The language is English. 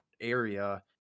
area